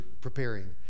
preparing